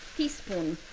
teaspoon,